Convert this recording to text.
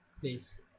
Please